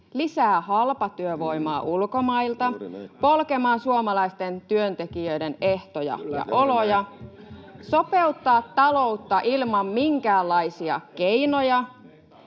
lisää halpatyövoimaa ulkomailta polkemaan suomalaisten työntekijöiden ehtoja ja oloja, [Välihuutoja — Li Andersson: